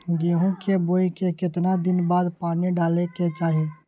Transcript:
गेहूं के बोय के केतना दिन बाद पानी डालय के चाही?